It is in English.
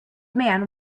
man